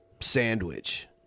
sandwich